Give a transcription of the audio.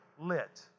lit